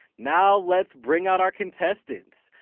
now let's bring out our contestants.